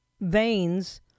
veins